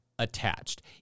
attached